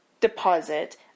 deposit